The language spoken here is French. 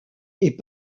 est